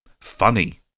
funny